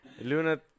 Luna